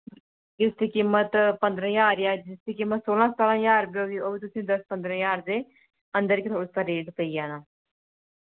जिसदी कीमत पंदरां ज्हार जां जिसदी कीमत सोलां सतारां ज्हार रपेऽ होगी ते ओह् बी तुसें गी दस पंदरां ज्हार दे अंदर गै उसदा रेट पेई जाना